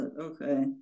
okay